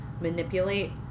manipulate